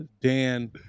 Dan